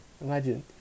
Imagine